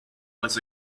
was